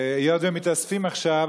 היות שמתאספים עכשיו,